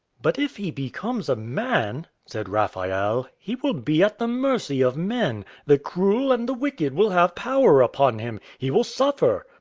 but if he becomes a man, said raphael, he will be at the mercy of men the cruel and the wicked will have power upon him he will suffer.